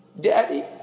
daddy